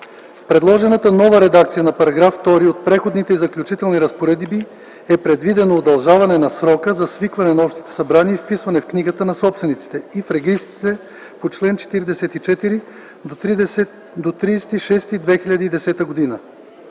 В предложената нова редакция на § 2 от Преходните и заключителни разпоредби и предвидено удължаване на срока за свикване на общото събрание и вписване в книгата на собствениците и в регистрите по чл. 44 до 30.06.2010 г.